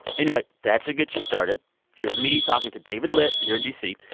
anyway, that should get you started here's me talking to david litt here in d c.